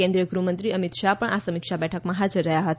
કેન્દ્રીય ગૃહમંત્રી અમિત શાહ પણ આ સમીક્ષા બેઠકમાં હાજર રહ્યા હતા